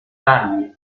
fargli